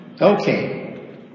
Okay